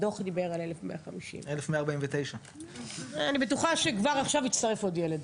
הדוח דיבר על 1,150. 1,149. אני בטוחה שכבר עכשיו הצטרף עוד ילד,